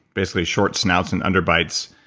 basically short snouts and underbites,